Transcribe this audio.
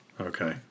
Okay